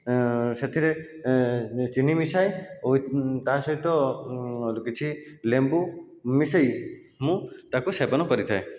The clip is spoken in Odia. ଅଁ ସେଥିରେ ଚିନି ମିଶାଏ ଉଇଥ ତା' ସହିତ କିଛି ଲେମ୍ବୁ ମିଶେଇ ମୁଁ ତାକୁ ସେବନ କରିଥାଏ